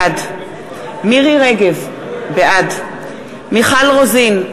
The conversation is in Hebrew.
בעד מירי רגב, בעד מיכל רוזין,